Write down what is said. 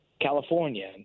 California